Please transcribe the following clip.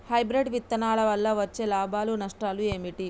Hybrid విత్తనాల వల్ల వచ్చే లాభాలు నష్టాలు ఏమిటి?